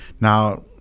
Now